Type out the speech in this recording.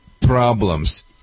problems